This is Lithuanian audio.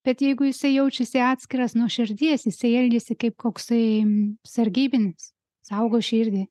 bet jeigu jisai jaučiasi atskiras nuo širdies jisai elgiasi kaip koksai sargybinis saugo širdį